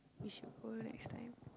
we should go next time